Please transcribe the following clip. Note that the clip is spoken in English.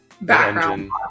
background